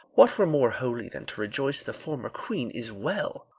what were more holy than to rejoice the former queen is well?